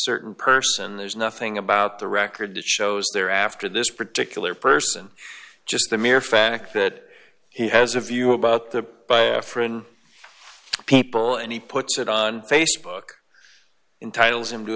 certain person there's nothing about the record that shows there after this particular person just the mere fact that he has a view about the biafran people and he puts it on facebook entitles hi